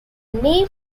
name